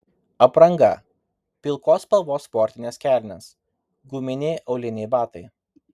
apranga pilkos spalvos sportinės kelnės guminiai auliniai batai